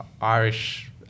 Irish